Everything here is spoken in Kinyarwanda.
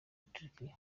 turukiya